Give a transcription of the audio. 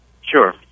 Sure